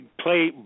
play